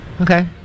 Okay